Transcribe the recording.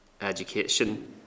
education